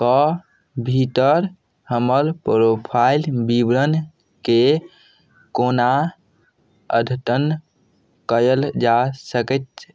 कऽ भीतर हमर प्रोफाइल विवरणके कोना अद्यतन कयल जा सकैत